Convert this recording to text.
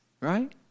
Right